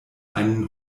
einen